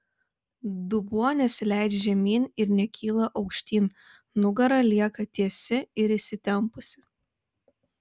dubuo nesileidžia žemyn ir nekyla aukštyn nugara lieka tiesi ir įsitempusi